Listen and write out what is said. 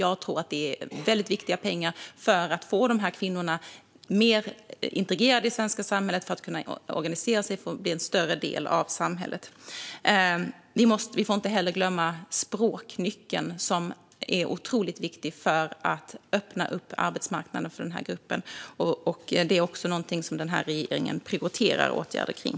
Jag tror att det är väldigt viktiga pengar för att de här kvinnorna ska bli mer integrerade i det svenska samhället och i högre grad bli en del av samhället. Vi får inte heller glömma språknyckeln, som är otroligt viktig för att öppna upp arbetsmarknaden för den här gruppen. Det är också något som den här regeringen prioriterar åtgärder kring.